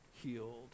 Healed